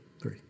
Three